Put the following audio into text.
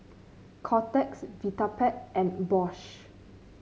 Kotex Vitapet and Bosch